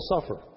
suffer